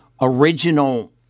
original